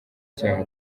icyaha